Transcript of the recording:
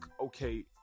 Okay